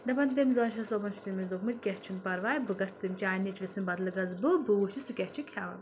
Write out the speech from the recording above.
دَپان تٔمۍ زَٲن شاہ صٲبَن چھُ تٔمِس دوٚپمُت کیٛاہ چھُنہٕ پَرواے بہٕ گژھٕ تٔمۍ چانِۍ نِٮ۪چوِ سٕندِۍ بَدلہٕ گژھٕ بہٕ بہٕ وٕچھِ سُہ کیاہ چھُ کھؠوان